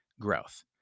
growth